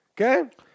Okay